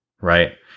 Right